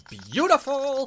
beautiful